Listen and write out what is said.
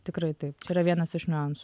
tikrai taip yra vienas iš niuansų